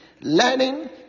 Learning